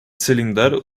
cylinder